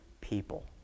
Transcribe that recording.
people